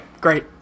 great